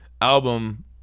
album